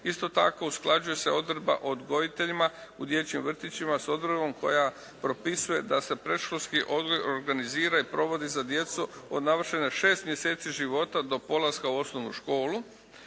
Isto tako usklađuje se odredba o odgojiteljima u dječjim vrtićima s odredbom koja propisuje da se predškolski odgoj organizira i provodi za djecu od navršene 6 mjeseci života do polaska u osnovnu školu.